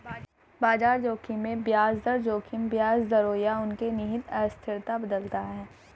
बाजार जोखिम में ब्याज दर जोखिम ब्याज दरों या उनके निहित अस्थिरता बदलता है